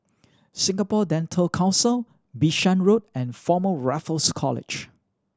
Singapore Dental Council Bishan Road and Former Raffles College